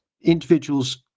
individuals